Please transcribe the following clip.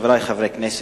חברי חברי הכנסת,